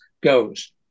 goes